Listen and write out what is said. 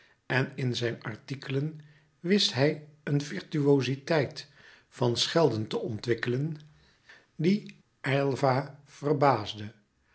en in zijn artikelen wist hij een virtuoziteit van schelden te ontwikkelen die aylva verbaasde